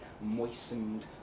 moistened